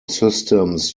systems